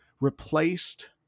replaced